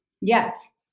Yes